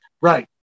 Right